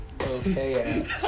okay